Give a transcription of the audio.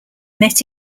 met